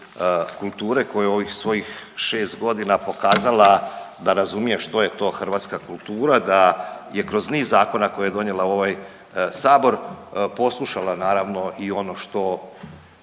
kulture koja je u ovih svojih 6.g. pokazala da razumije što je to hrvatska kultura, da je kroz niz zakona koje je donijela u ovaj sabora poslušala naravno i ono što,